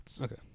Okay